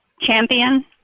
champion